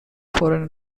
foreign